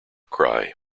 cry